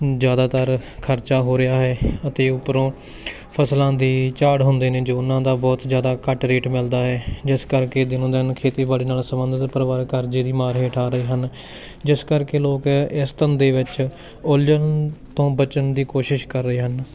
ਜ਼ਿਆਦਾਤਰ ਖ਼ਰਚਾ ਹੋ ਰਿਹਾ ਹੈ ਅਤੇ ਉੱਪਰੋਂ ਫ਼ਸਲਾਂ ਦੀ ਝਾੜ ਹੁੰਦੀ ਨਹੀਂ ਜੋ ਉਨ੍ਹਾਂ ਦਾ ਬਹੁਤ ਜ਼ਿਆਦਾ ਘੱਟ ਰੇਟ ਮਿਲਦਾ ਹੈ ਜਿਸ ਕਰਕੇ ਦਿਨੋਂ ਦਿਨ ਖੇਤੀਬਾੜੀ ਨਾਲ ਸੰਬੰਧਿਤ ਪਰਿਵਾਰ ਕਰਜ਼ੇ ਦੀ ਮਾਰ ਹੇਠ ਆ ਰਹੇ ਹਨ ਜਿਸ ਕਰਕੇ ਲੋਕ ਇਸ ਧੰਦੇ ਵਿੱਚ ਉਲਝਣ ਤੋਂ ਬਚਣ ਦੀ ਕੋਸ਼ਿਸ਼ ਕਰ ਰਹੇ ਹਨ